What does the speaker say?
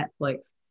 Netflix